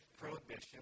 prohibition